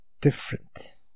different